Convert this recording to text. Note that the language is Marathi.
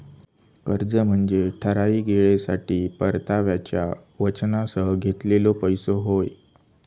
कर्ज म्हनजे ठराविक येळेसाठी परताव्याच्या वचनासह घेतलेलो पैसो होय